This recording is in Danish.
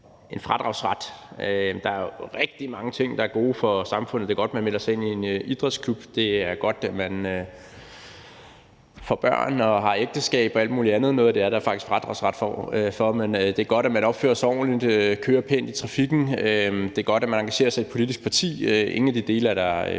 en fradragsret. Der er rigtig mange ting, der er gode for samfundet: Det er godt, at man melder sig ind i en idrætsklub, og det er godt, man får børn og er i ægteskab og alt mulig andet. Noget af det er der faktisk fradragsret for. Det er godt, at man opfører sig ordentligt, og at man kører pænt i trafikken, og det er godt, at man engagerer sig i et politisk parti, men ingen af de dele er der fradragsret